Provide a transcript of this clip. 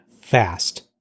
fast